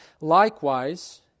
Likewise